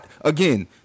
again